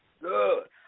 good